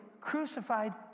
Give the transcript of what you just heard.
crucified